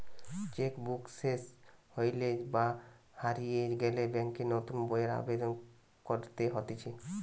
check book সেস হইলে বা হারিয়ে গেলে ব্যাংকে নতুন বইয়ের আবেদন করতে হতিছে